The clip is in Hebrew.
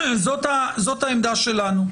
זאת העמדה שלנו.